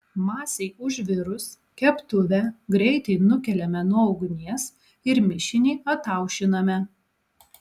masei užvirus keptuvę greitai nukeliame nuo ugnies ir mišinį ataušiname